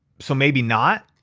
so maybe not.